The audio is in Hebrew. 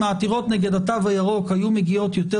אם העתירות נגד התו הירוק היו מגיעות יותר